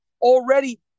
already